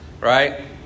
right